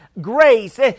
Grace